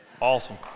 Awesome